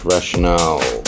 Rationale